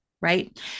right